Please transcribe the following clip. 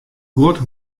guod